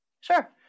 Sure